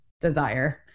desire